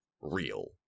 real